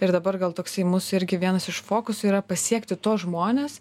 ir dabar gal toksai mūsų irgi vienas iš fokusų yra pasiekti tuos žmones